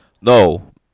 No